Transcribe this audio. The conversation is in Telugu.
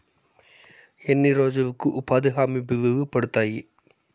ఎన్ని రోజులకు ఉపాధి హామీ బిల్లులు పడతాయి?